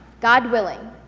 god willing,